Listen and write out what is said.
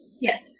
Yes